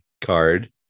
card